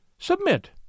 Submit